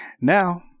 Now